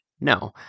No